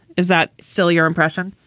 is that still your impression?